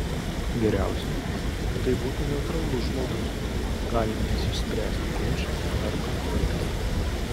geriausia kad tai būtų neutralus žmogus galintis išspręsti ginčą ar konfliktą